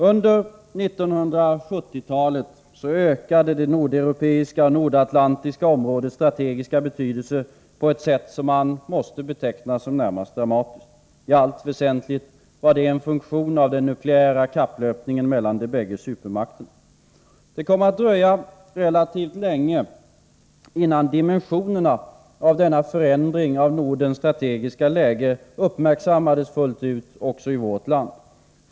Under 1970-talet ökade det nordeuropeiska och nordatlantiska områdets strategiska betydelse på ett sätt som man måste beteckna som närmast dramatiskt. I allt väsentligt var det betingat av den nukleära kapplöpningen mellan de bägge supermakterna. Det kom att dröja relativt länge innan dimensionerna av denna förändring av Nordens strategiska läge uppmärksammades fullt ut också i vårt land.